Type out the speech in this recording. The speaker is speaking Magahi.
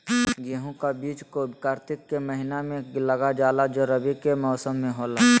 गेहूं का बीज को कार्तिक के महीना में लगा जाला जो रवि के मौसम में होला